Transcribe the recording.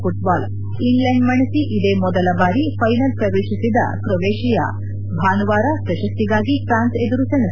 FIFA ವಿಶ್ವಕಪ್ football England ಮಣಿಸಿ ಇದೇ ಮೊದಲಬಾರಿ ಫೈನಲ್ ಪ್ರವೇಶಿಸಿದ ಹ ಕ್ರೊವೇಶಿಯಾ ಭಾನುವಾರ ಪ್ರಶಸ್ತಿಗಾಗಿ ಫ್ರಾನ್ಸ್ ಎದುರು ಸೆಣಸು